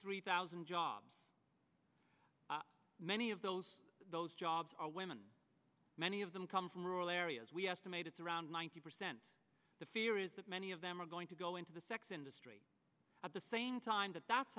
three thousand jobs many of those those jobs are women many of them come from rural areas we estimate it's around ninety percent the fear is that many of them are going to go into the sex industry at the same time that that's